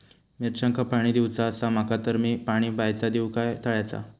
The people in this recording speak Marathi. मिरचांका पाणी दिवचा आसा माका तर मी पाणी बायचा दिव काय तळ्याचा?